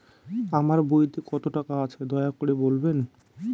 আমার বইতে কত টাকা আছে দয়া করে বলবেন?